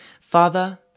Father